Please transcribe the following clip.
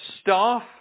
staff